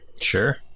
Sure